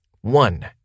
One